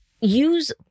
use